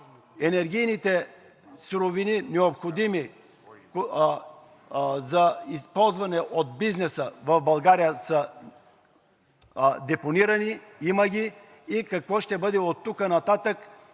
енергийните суровини, необходими за използване от бизнеса в България, са депонирани, има ги? Какво ще бъде оттук нататък?